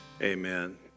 Amen